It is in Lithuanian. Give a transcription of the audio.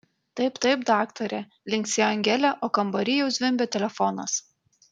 taip taip daktare linksėjo angelė o kambary jau zvimbė telefonas